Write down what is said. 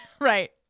Right